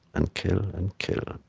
and kill, and kill,